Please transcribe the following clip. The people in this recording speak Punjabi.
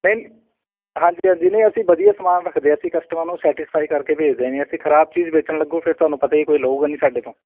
ਨਹੀਂ ਹਾਂਜੀ ਹਾਂਜੀ ਨਹੀ ਅਸੀਂ ਵਧੀਆ ਸਮਾਨ ਰੱਖਦੇ ਅਸੀਂ ਕਸਟਮਰ ਨੂੰ ਸੈਟਿਸਫਾਈ ਕਰਕੇ ਭੇਜ ਦੇ ਨੇ ਅਸੀਂ ਖਰਾਬ ਚੀਜ਼ ਵੇਚਣ ਲੱਗੋ ਫਿਰ ਤੁਹਾਨੂੰ ਪਤਾ ਹੀ ਆ ਕੋਈ ਲਵੇਗਾ ਨਹੀਂ ਸਾਡੇ ਤੋਂ